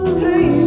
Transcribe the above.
Hey